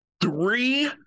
three